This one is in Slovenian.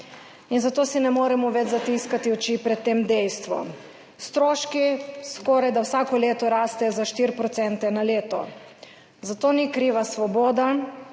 in zato si ne moremo več zatiskati oči pred tem dejstvom. Stroški skorajda vsako leto rastejo za 4 % na leto. Za to ni kriva Svoboda,